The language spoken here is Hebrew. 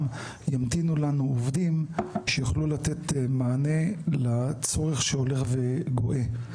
ימתינו לנו עובדים שיוכלו לתת מענה לצורך שהולך וגואה.